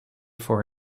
for